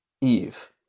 Eve